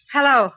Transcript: Hello